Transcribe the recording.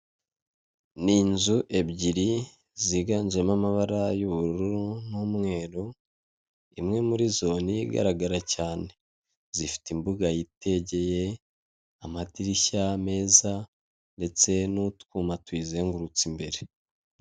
Ni inzu ebyiri ziganjemo amabara y'ubururu n'umweru, imwe muri zo niyo igaragara cyane. Zifite imbuga yitegeye, amadirishya meza, ndetse n'utwuma tuyizengurutse imbere.